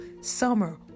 Summer